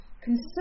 concern